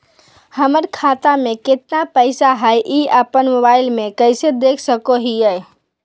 हमर खाता में केतना पैसा हई, ई अपन मोबाईल में कैसे देख सके हियई?